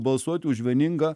balsuoti už vieningą